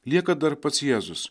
lieka dar pats jėzus